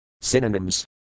Synonyms